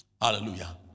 Hallelujah